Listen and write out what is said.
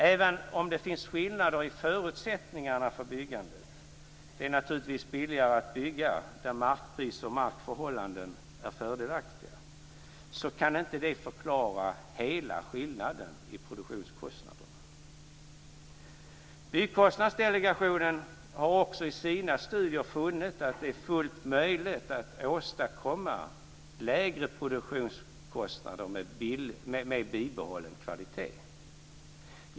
Även om det finns skillnader i förutsättningarna för byggandet - det är naturligtvis billigare att bygga där markpriser och markförhållanden är fördelaktiga - kan inte det förklara hela skillnaden i produktionskostnaderna. Byggkostnadsdelegationen har också i sina studier funnit att det är fullt möjligt att åstadkomma lägre produktionskostnader med bibehållen kvalitet.